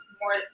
more